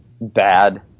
bad